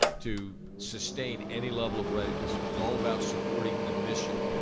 to sustain any level of readiness. it was all about supporting the mission.